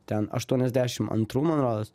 ten aštuoniasdešim antrų man rodos